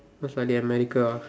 most likely America ah